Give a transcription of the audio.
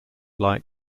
like